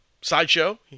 sideshow